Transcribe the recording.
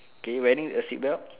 okay wearing a seatbelt